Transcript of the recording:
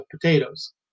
potatoes